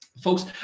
Folks